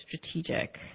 strategic